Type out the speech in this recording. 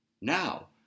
now